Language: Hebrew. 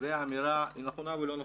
זו אמירה נכונה ולא נכונה.